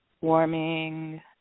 warming